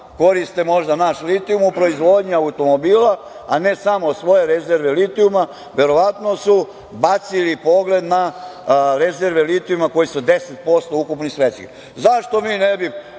koriste naš litijum u proizvodnji automobila, a ne samo svoje rezerve litijuma. Verovatno su bacili pogled na rezerve litijuma koje su 10% ukupno svetske.Zašto mi ne bi